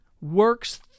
works